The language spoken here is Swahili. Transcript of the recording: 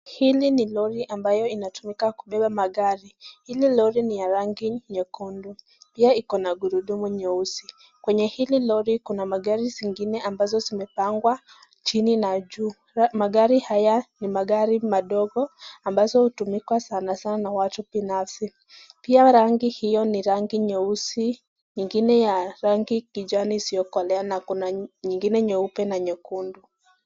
Hili ni lori ambayo inatumika kubeba magari. Hili lori ni ya rangi nyekundu, pia iko na gurudumu nyeusi. Kwenye hili lori kuna magari zingine ambazo zimepangwa chini na juu. Magari haya ni magari madogo ambazo hutumika sana sana na watu binafsi. Pia rangi hiyo ni rangi nyeusi, nyingine ya rangi kijani isiyokolea na kuna nyingine nyeupe na nyekundu.